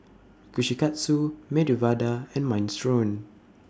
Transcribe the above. Kushikatsu Medu Vada and Minestrone